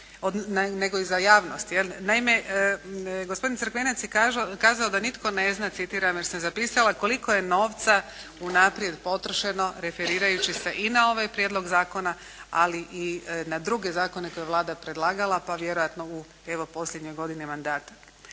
nego i za javnost, jel. Naime, gospodin Crkvenac je kazao da nitko ne znam, citiram, jer sam zapisala "… koliko je novca unaprijed potrošeno", referirajući se i na ovaj Prijedlog zakona ali i na druge zakone koje je Vlada predlagala, pa vjerojatno evo u posljednjoj godini mandata.